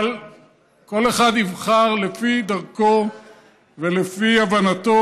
אבל כל אחד יבחר לפי דרכו ולפי הבנתו.